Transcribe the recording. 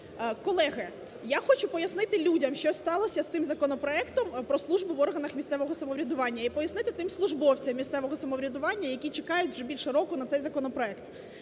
Колеги, я хочу пояснити людям що сталося з тим законопроектом про службу в органах місцевого самоврядування і пояснити тим службовцям місцевого самоврядування, які чекають вже більше року на цей законопроект.